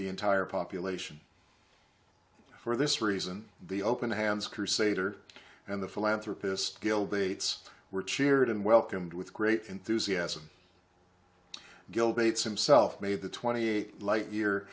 the entire population for this reason the open hands crusader and the philanthropist gil dates were cheered and welcomed with great enthusiasm gil bates himself made the twenty eight light year